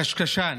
הקשקשן,